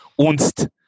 Unst